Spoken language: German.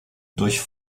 durch